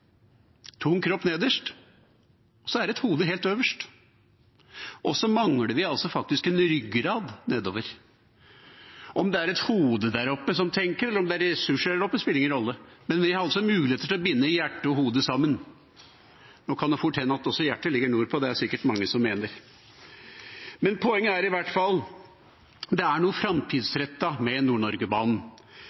tung kropp nederst, et hode helt øverst, og så mangler det faktisk en ryggrad nedover. Om det er et hode der oppe som tenker, eller om det er ressurser der oppe, spiller ingen rolle. Men vi har altså en mulighet til å binde hjertet og hodet sammen. Det kan fort hende at også hjertet ligger nordpå – det er det sikkert mange som mener. Poenget er i hvert fall at det er noe framtidsrettet med